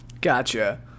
Gotcha